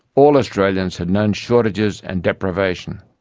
all australians had known shortages and deprivation,